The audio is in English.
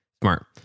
smart